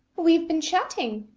we've been chatting.